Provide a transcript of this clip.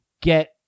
get